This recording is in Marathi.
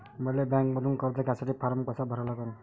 मले बँकेमंधून कर्ज घ्यासाठी फारम कसा भरा लागन?